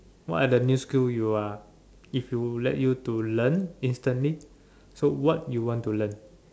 what are the new skill you are if you let you to learn instantly so what you want to learn